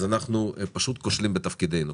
אז אנחנו פשוט כושלים בתפקידנו,